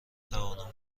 توانم